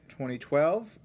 2012